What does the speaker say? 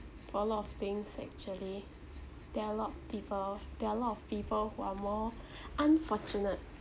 for a lot of things actually there are a lot of people there are a lot of people who are more unfortunate